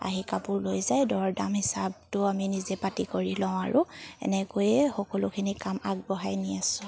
আহি কাপোৰ লৈ যায় দৰ দাম হিচাপতো আমি নিজে পাতি কৰি লওঁ আৰু এনেকৈয়ে সকলোখিনি কাম আগবঢ়াই নি আছোঁ